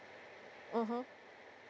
mmhmm